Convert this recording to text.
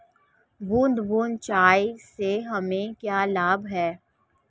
बूंद बूंद सिंचाई से हमें क्या लाभ है?